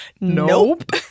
Nope